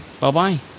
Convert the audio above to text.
bye-bye